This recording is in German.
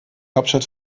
hauptstadt